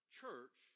church